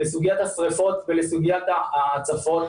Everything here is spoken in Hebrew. לסוגיית השריפות ולסוגיית ההצפות.